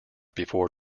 before